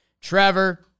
trevor